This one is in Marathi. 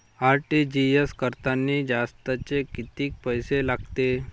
आर.टी.जी.एस करतांनी जास्तचे कितीक पैसे लागते?